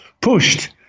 pushed